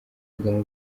kagame